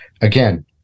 again